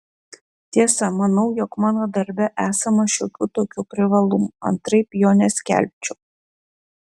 tiesa manau jog mano darbe esama šiokių tokių privalumų antraip jo neskelbčiau